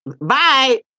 Bye